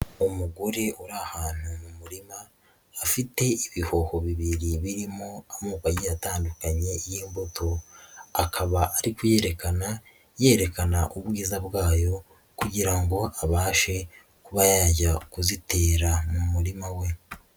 Umugore uri ahantu mu murima afite ibihoho bibiri birimo amoko agiye atandukanye y'imbuto, akaba ari kuyerekana yerekana ubwiza bwayo kugira ngo abashe kuba yajya kuzitera mu murima we.